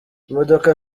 imodoka